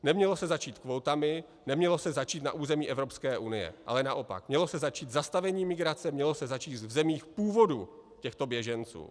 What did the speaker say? Nemělo se začít kvótami, nemělo se začít na území Evropské unie, ale naopak, mělo se začít zastavením migrace, mělo se začít v zemích původu těchto běženců.